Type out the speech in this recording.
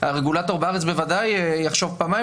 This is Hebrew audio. הרגולטור בארץ בוודאי יחשוב פעמיים